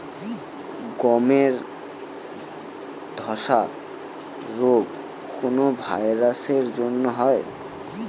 গমের ধসা রোগ কোন ভাইরাস এর জন্য হয়?